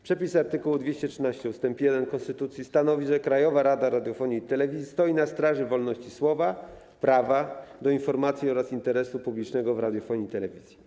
Przepis art. 213 ust. 1 konstytucji stanowi, że Krajowa Rada Radiofonii i Telewizji stoi na straży wolności słowa, prawa do informacji oraz interesu publicznego w radiofonii i telewizji.